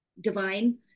Divine